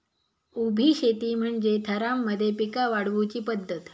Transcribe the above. उभी शेती म्हणजे थरांमध्ये पिका वाढवुची पध्दत